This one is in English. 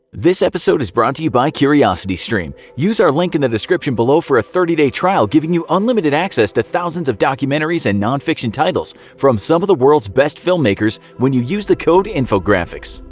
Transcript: this episode is brought to you by curiositystream. use our link in the description below for a thirty day trial giving you unlimited access to thousands of documentaries and non-fiction titles from some of the world's best filmmakers when you use the code infographics!